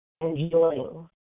enjoying